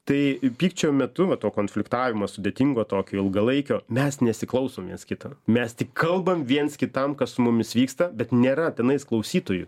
tai pykčio metu va to konfliktavimo sudėtingo tokio ilgalaikio mes nesiklausom viens kito mes tik kalbam viens kitam kas su mumis vyksta bet nėra tenais klausytojų